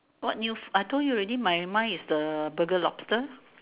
what news I told you already my mind is the Burger lobster